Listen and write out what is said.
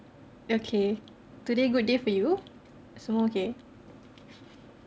okay today good day for you semua okay